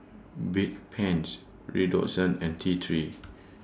Bedpans Redoxon and T three